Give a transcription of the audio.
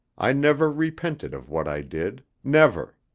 i never repented of what i did never.